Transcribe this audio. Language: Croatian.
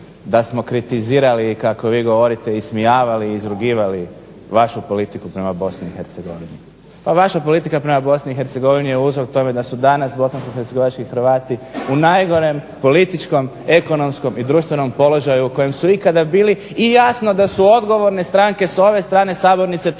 da smo kritizirali kako vi govorite ismijavali, izrugivali vašu politiku prema Bosni i Hercegovini. Pa vaša politika prema BiH je uzrok tome da su danas bosansko-hercegovački Hrvati u najgorem političkom ekonomskom i društvenom položaju u kojem su ikada bili i jasno da su odgovorne stranke s ove strane sabornice, to